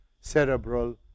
cerebral